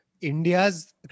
India's